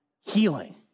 healing